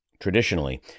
Traditionally